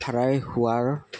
fry হোৱাৰ